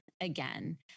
again